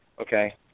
okay